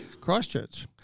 Christchurch